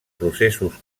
processos